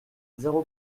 zéro